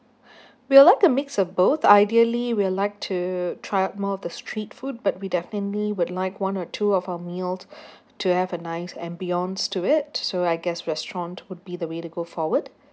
we would like a mix of both ideally we like to try out more of the street food but we definitely would like one or two of our meals to have a nice ambience to it so I guess restaurant would be the way to go forward